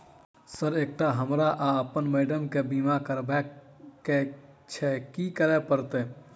Sir एकटा हमरा आ अप्पन माइडम केँ बीमा करबाक केँ छैय की करऽ परतै?